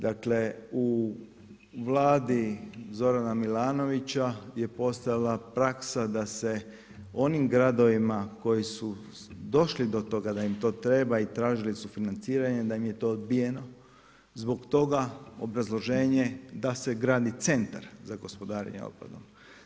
Dakle u Vladi Zorana Milanovića je postojala praksa da se onim gradovima koji su došli do toga da im to treba i tražili su financiranje da im je to odbijeno, zbog toga obrazloženje da se gradi centar za gospodarenje otpadom.